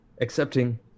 accepting